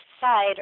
Side